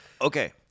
Okay